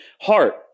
heart